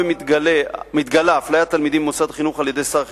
היה ומתגלה אפליית תלמידים במוסד חינוך על-ידי שר החינוך,